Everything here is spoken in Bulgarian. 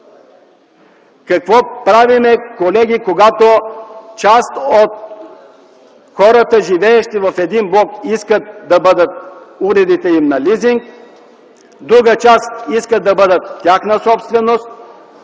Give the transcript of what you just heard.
Какво правим, колеги, когато част от хората, живеещи в един блок, искат уредите им да бъдат на лизинг, друга част искат да бъдат тяхна собственост?